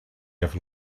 have